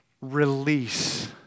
release